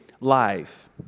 life